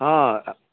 ହଁ